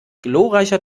glorreicher